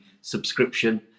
subscription